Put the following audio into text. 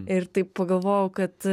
ir taip pagalvojau kad